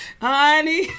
honey